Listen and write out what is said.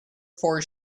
four